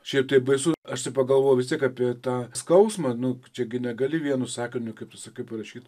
šiaip tai baisu aš pagalvojau vis tiek apie tą skausmą nu čia gi negali vienu sakiniu kaip tu sakai parašyt